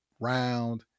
round